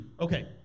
Okay